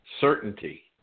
certainty